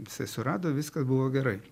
jisai surado viskas buvo gerai